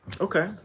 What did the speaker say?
Okay